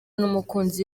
n’umukunzi